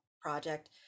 project